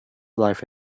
life